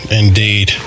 indeed